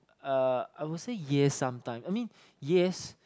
uh I will say yes sometime I mean yes